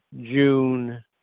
June